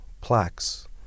plaques